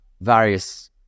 various